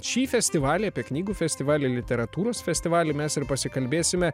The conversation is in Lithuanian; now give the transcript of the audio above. šį festivalį apie knygų festivalį literatūros festivalį mes ir pasikalbėsime